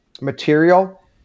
material